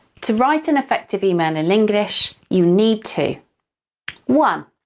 to write an effective email in english, you need to one.